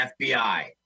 FBI